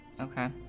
Okay